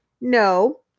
No